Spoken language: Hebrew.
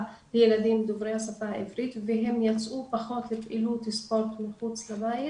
לילדים דוברי השפה העברית והם יצאו פחות לפעילות ספורט מחוץ לבית,